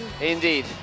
Indeed